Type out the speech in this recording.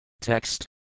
Text